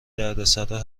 دردسرا